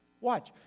watch